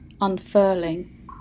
unfurling